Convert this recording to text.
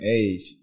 age